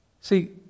See